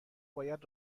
باید